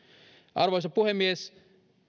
arvoisa puhemies